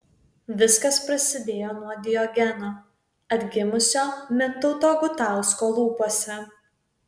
viskas prasidėjo nuo diogeno atgimusio mintauto gutausko lūpose